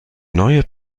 neue